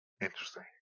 Interesting